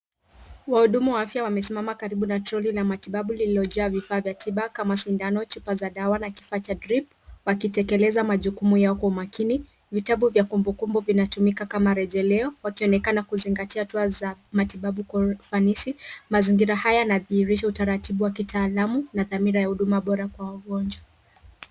Wahudumu wa afya wamesimama karibu na troli la matibabu lililojaa vifaa vya tiba kama sindano, chupa cha dawa na kifaa cha drip wakitekeleza majukumu yao kwa makini. Vitabu vya kumbukumbu vinatumika kama rejeleo wakionekana kuzingatia hatua za matibabu kwa ufanisi. Mazingira haya yanadhihirisha utaratibu wa kitaalamu na dhamira ya huduma bora kwa wagonjwa.